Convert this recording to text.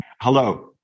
Hello